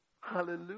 Hallelujah